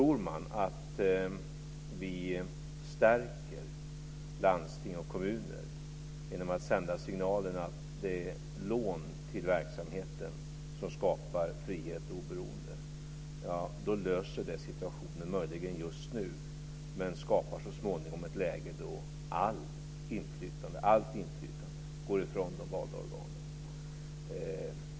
Om man tror att vi stärker landsting och kommuner genom att sända signalen att det är lån till verksamheten som skapar frihet och oberoende löser det möjligen situationen just nu men skapar så småningom ett läge då allt inflytande går ifrån de valda organen.